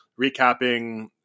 recapping